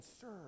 serve